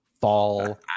fall